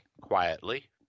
quietly